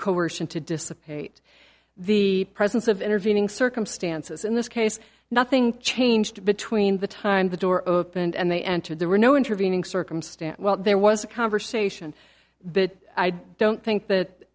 coercion to dissipate the presence of intervening circumstances in this case nothing changed between the time the door opened and they entered there were no intervening circumstance while there was a conversation but i don't think that